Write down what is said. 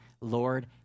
Lord